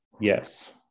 Yes